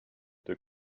deux